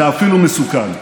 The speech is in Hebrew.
זה אפילו מסוכן.